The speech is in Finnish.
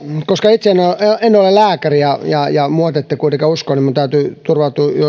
koska itse en ole lääkäri ja ja minua te ette kuitenkaan usko minun täytyy turvautua